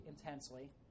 intensely